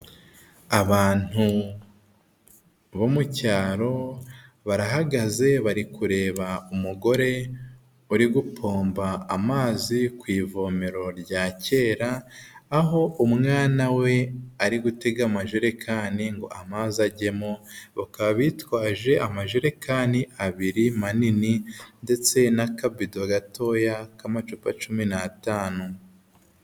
Abantu bo mu cyaro barahagaze bari kureba umugore uri gupomba amazi ku ivomero rya kera aho umwana we ari gutega amajerekani ngo amazi ajyemo bakaba, bitwaje amajerekani abiri manini ndetse n'akabido gatoya k'amacupa cumi n'atanu.